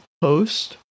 post